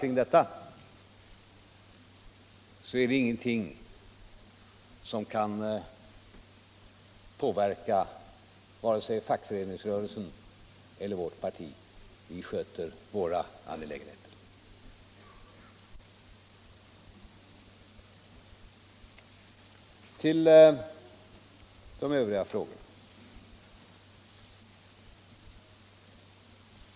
Men det är ingenting som kan påverka vare sig fackföreningsrörelsen eller vårt parti. Vi sköter våra angelägenheter. Till de övriga frågorna!